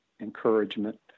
encouragement